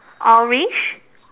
orange